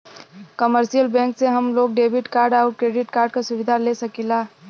commercial bank से हम लोग डेबिट कार्ड आउर क्रेडिट कार्ड क सुविधा ले सकीला